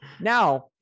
Now